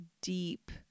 deep